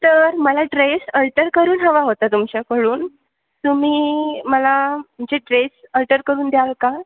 तर मला dress alter करून हवा होता तुमच्याकडून तुम्ही मला जे ड्रेस अल्टर करून द्याल का